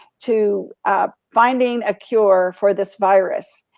to finding a cure for this virus.